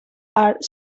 are